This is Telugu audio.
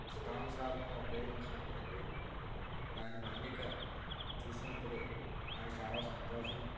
ఇష్టానుసారంగా ఉపయోగించినప్పటికి దాని మన్నిక చూసినప్పుడు నాకు చాలా సంతోషంగా ఉంది